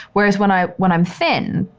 whereas when i when i'm thin,